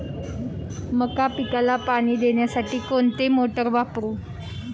मका पिकाला पाणी देण्यासाठी कोणती मोटार वापरू?